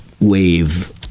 wave